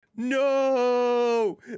No